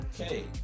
Okay